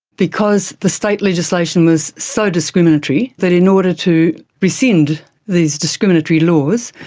because the state legislation was so discriminatory, that in order to rescind these discriminatory laws,